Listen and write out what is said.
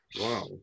Wow